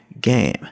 game